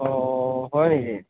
অ হয় নেকি